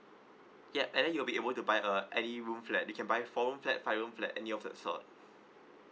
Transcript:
yup and then you will be able to buy uh any room flat you can buy four room flat five room flat any of that sort